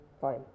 fine